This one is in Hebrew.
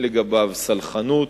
אין לגביו סלחנות,